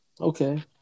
Okay